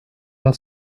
dal